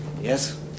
Yes